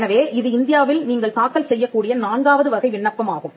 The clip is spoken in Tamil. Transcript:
எனவே இது இந்தியாவில் நீங்கள் தாக்கல் செய்யக் கூடிய நான்காவது வகை விண்ணப்பம் ஆகும்